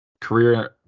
career